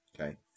okay